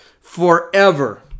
forever